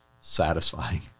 satisfying